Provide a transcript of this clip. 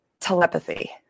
telepathy